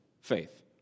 faith